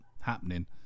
happening